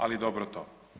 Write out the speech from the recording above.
Ali dobro to.